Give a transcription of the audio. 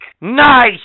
Nice